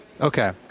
Okay